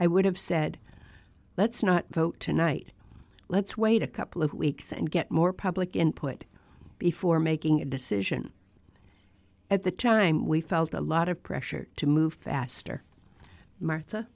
i would have said let's not vote tonight let's wait a couple of weeks and get more public input before making a decision at the time we felt a lot of pressure to move faster martha